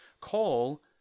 call